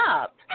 up